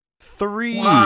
Three